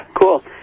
Cool